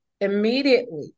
immediately